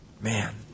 Man